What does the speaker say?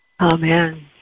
Amen